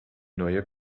neue